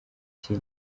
ati